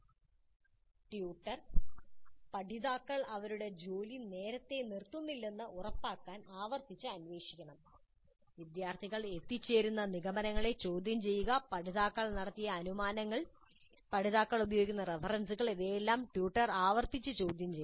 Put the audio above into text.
tutor പഠിതാക്കൾ അവരുടെ ജോലി നേരത്തേ നിർത്തുന്നില്ലെന്ന് ഉറപ്പാക്കാൻ ആവർത്തിച്ച് അന്വേഷിക്കണം വിദ്യാർത്ഥികൾ എത്തിച്ചേർന്ന നിഗമനങ്ങളെ ചോദ്യം ചെയ്യുക പഠിതാക്കൾ നടത്തിയ അനുമാനങ്ങൾ പഠിതാക്കൾ ഉപയോഗിക്കുന്ന റഫറൻസുകൾ ഇവയെല്ലാം ട്യൂട്ടർ ആവർത്തിച്ച് ചോദ്യം ചെയ്യണം